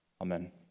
Amen